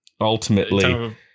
ultimately